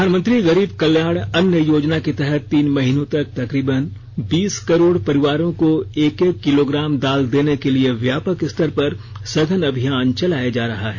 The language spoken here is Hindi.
प्रधानमंत्री गरीब कल्याण अन्न योजना के तहत तीन महीनों तक तकरीबन बीस करोड़ परिवारों को एक एक किलोग्राम दाल देने के लिए व्यापक स्तर पर सघन अभियान चलाया जा रहा है